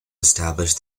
establish